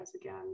again